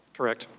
correct.